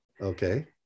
Okay